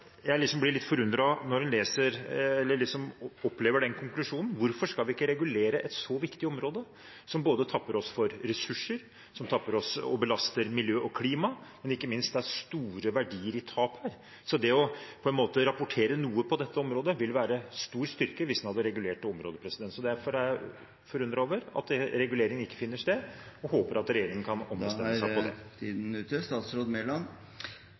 Jeg blir litt forundret når jeg opplever den konklusjonen. Hvorfor skal vi ikke regulere et så viktig område, som tapper oss for ressurser, belaster miljø og klima, men ikke minst når det er store verdier i tapet? Så det å rapportere noe på dette området ville være en stor styrke – hvis man hadde regulert området. Derfor er jeg forundret over at regulering ikke finner sted, og håper at regjeringen kan ombestemme seg på det. Min hovedambisjon for næringslivet er